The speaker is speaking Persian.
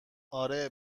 آره